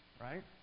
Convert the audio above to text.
right